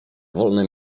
wolne